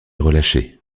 relâché